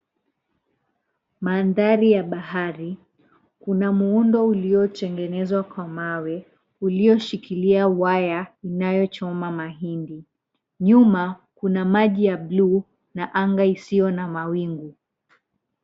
Mandhari ya bahari kuna muundo uliotengenezwa kwa mawe ulioshikilia waya inayochoma mahindi. Nyuma kuna maji ya bluu na anga isiyo na mawingu.